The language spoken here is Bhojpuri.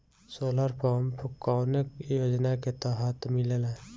सोलर पम्प कौने योजना के तहत मिलेला?